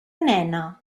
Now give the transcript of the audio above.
nena